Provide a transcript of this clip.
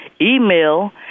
email